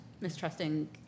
mistrusting